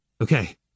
Okay